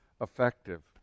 effective